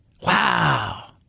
Wow